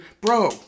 Bro